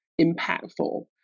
impactful